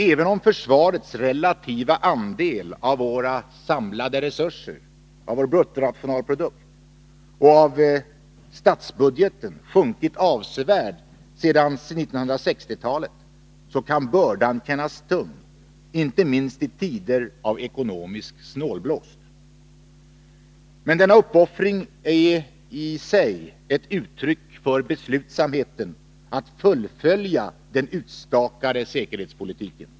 Även om försvarets relativa andel av våra samlade resurser — av vår bruttonationalprodukt — och av statsbudgeten sjunkit avsevärt sedan 1960-talet, så kan bördan kännas tung, inte minst i tider av ekonomisk snålblåst. Men denna uppoffring är i sig ett uttryck för beslutsamheten att fullfölja den utstakade säkerhetspolitiken.